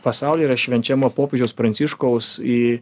pasaulyje yra švenčiama popiežiaus pranciškaus į